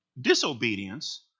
disobedience